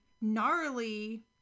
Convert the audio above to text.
gnarly